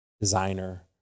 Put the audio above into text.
designer